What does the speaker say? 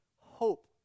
hope